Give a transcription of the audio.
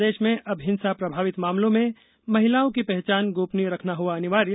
प्रदेश में अब हिंसा प्रभावित मामलों में महिलाओं की पहचान गोपनीय रखना हुआ अनिवार्य